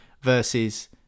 versus